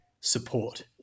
support